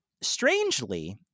strangely